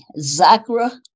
Zachra